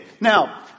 Now